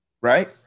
right